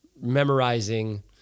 memorizing